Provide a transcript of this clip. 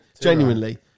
genuinely